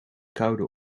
koude